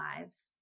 lives